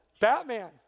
Batman